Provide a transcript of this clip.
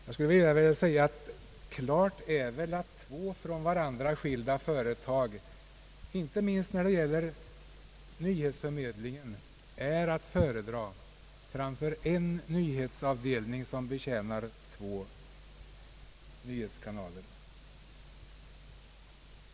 Det är väl alldeles klart att två från varandra skilda företag — inte minst när det gäller nyhetsförmedling — är att föredra framför en nyhetsavdelning som betjänar två nyhetskanaler.